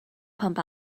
pump